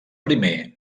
primer